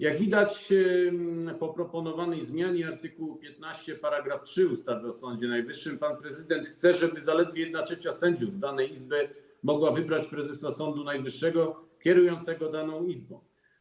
Jak widać po proponowanej zmianie art. 15 § 3 ustawy o Sądzie Najwyższym pan prezydent chce, żeby zaledwie 1/3 sędziów danej izby mogła wybrać prezesa Sądu Najwyższego kierującego daną izbą.